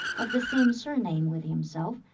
of the same surname with himself,